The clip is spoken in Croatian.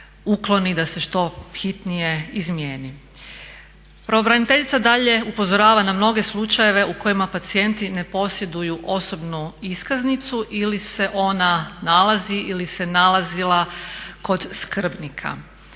da se što hitnije izmijeni. Pravobraniteljica dalje upozorava na mnoge slučajeve u kojima pacijenti ne posjeduju osobnu iskaznicu ili se ona nalazi ili se nalazila kod skrbnika,